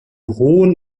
hohen